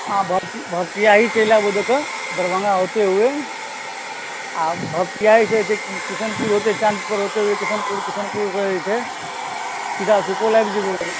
भपटियाही चैल आयब दरभङ्गा होते हुए आ से किसनपुर होइते चाँदपुर होइते हुए किशनपुर किशनपुरसँ जे छै सीधा सुपौल आबि जायब